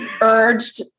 urged